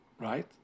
right